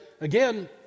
Again